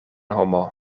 homo